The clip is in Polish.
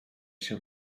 się